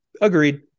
Agreed